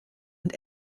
und